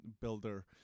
builder